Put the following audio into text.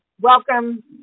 welcome